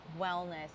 wellness